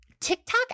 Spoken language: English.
tiktok